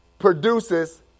Produces